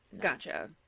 Gotcha